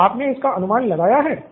क्या आपने इसका अनुमान लगाया है